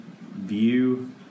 view